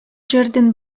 жердин